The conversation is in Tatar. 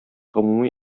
гомуми